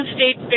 State